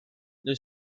the